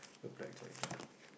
your blackjack sia